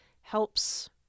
helps